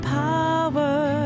power